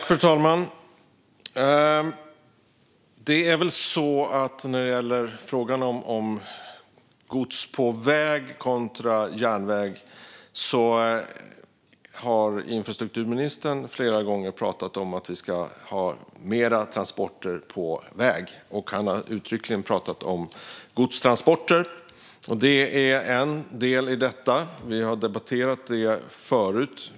Fru talman! När det gäller frågan om gods på väg kontra järnväg har infrastrukturministern flera gånger pratat om att vi ska ha fler transporter på väg, och han har uttryckligen pratat om godstransporter. Det är en del i detta, och vi har debatterat det förut.